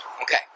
Okay